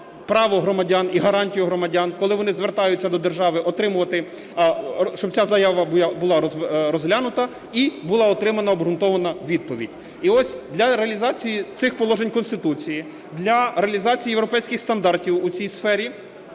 право громадян і гарантії громадян, коли вони звертаються до держави отримувати, щоб ця заява була розглянута і була отримана обґрунтована відповідь. І ось для реалізації цих положень Конституції, для реалізації європейських стандартів у цій сфері